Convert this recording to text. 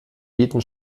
jeden